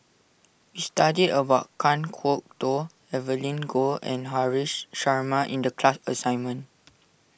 we studied about Kan Kwok Toh Evelyn Goh and Haresh Sharma in the class assignment